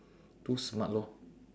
too smart lor